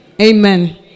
Amen